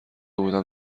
بودم